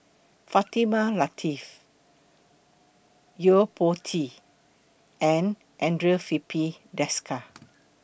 Fatimah Lateef Yo Po Tee and Andre Filipe Desker